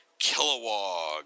Kilowog